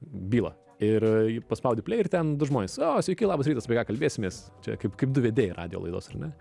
bylą ir paspaudi plei ir ten du žmonės o sveiki labas rytas apie ką kalbėsimės čia kaip kaip du vedėjai radijo laidos ar ne